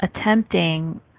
attempting